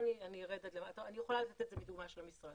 אני יכולה לתת את זה מדוגמה של המשרד.